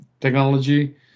technology